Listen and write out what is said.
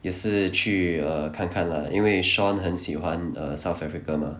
也是去 err 看看 lah 因为 shaun 很喜欢 err south africa mah